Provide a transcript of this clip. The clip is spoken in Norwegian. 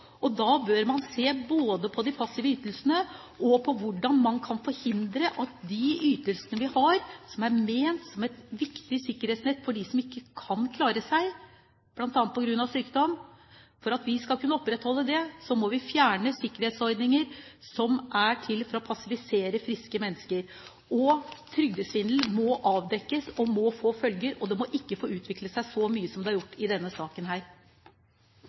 sine. Da bør man se både på de passive ytelsene og på hvordan man kan forhindre at de ytelsene vi har, som er ment som et viktig sikkerhetsnett for dem som ikke kan klare seg, bl.a. på grunn av sykdom, blir misbrukt. For at vi skal kunne opprettholde det nettet, må vi fjerne sikkerhetsordninger som passiviserer friske mennesker. Trygdesvindel må avdekkes og må få følger. Det må ikke få utvikle seg så mye som det har gjort i denne saken.